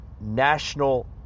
National